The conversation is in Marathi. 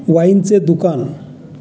वाईनचे दुकान